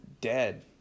dead